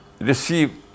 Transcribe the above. receive